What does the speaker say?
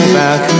back